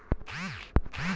सोला निघाल्यावर थो काऊन मरते?